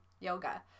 yoga